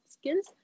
skills